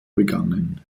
begangen